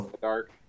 dark